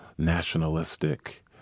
nationalistic